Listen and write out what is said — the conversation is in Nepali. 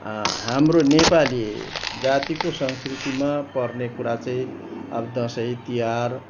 हाम्रो नेपाली जातिको संस्कृतिमा पर्ने कुरा चाहिँ दसैँ तिहार